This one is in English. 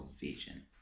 vision